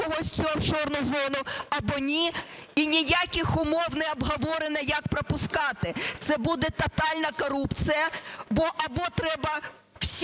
або ні. І ніяких умов не обговорено, як пропускати. Це буде тотальна корупція. Або треба всі